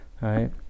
right